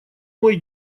мой